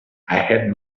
had